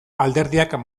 alderdiak